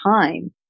time